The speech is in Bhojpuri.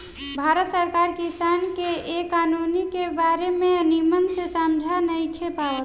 भारत सरकार किसान के ए कानून के बारे मे निमन से समझा नइखे पावत